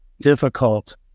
difficult